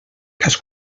cas